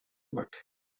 work